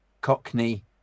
Cockney